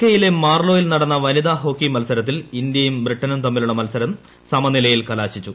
K യിലെ മാർലോയിൽ നടന്ന വനിത ഹോക്കി മൽസരത്തിൽ ഇന്ത്യയും ബ്രിട്ടനും തമ്മിലുള്ള മൽസരം സമനിലയിൽ കലാശിച്ചു